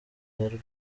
santere